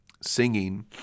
singing